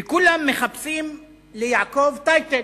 וכולם מחפשים ליעקב "טייטל",